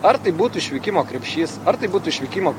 ar tai būtų išvykimo krepšys ar tai būtų išvykimo